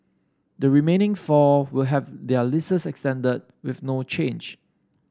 the remaining four will have their leases extended with no change